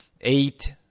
eight